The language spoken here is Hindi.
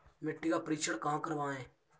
मिट्टी का परीक्षण कहाँ करवाएँ?